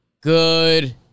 Good